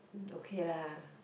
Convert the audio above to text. okay lah